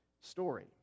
story